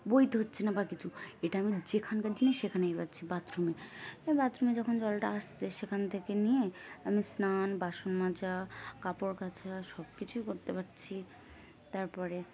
বইতে হচ্ছে না বা কিছু এটা আমি যেখানকার জিনিস সেখানেই পাচ্ছি বাথরুমে বাথরুমে যখন জলটা আসছে সেখান থেকে নিয়ে আমি স্নান বাসন মাজা কাপড় কাচা সব কিছুই করতে পারছি তারপরে